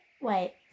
Wait